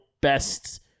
best